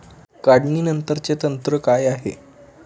काढणीनंतरचे तंत्र काय आहे?